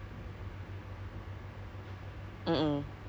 used as back up right now lah because of COVID